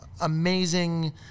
amazing